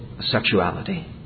sexuality